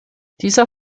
dieser